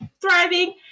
thriving